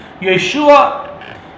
Yeshua